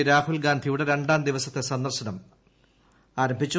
P രാഹുൽഗാന്ധിയുടെ രണ്ടാം ദിവസത്തെ സന്ദർശനം ആരംഭിച്ചു